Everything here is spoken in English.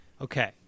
Okay